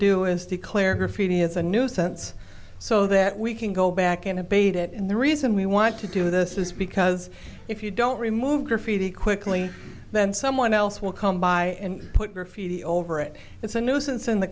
do is declare graffiti as a nuisance so that we can go back and abate it in the reason we want to do this is because if you don't remove graffiti quickly then someone else will come by and put graffiti over it it's a nuisance in the